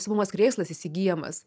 supamas krėslas įsigyjamas